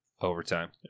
Overtime